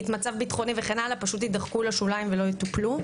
מצב בטחוני וכו' פשוט יידחקו לשוליים ולא יטופלו.